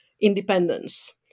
independence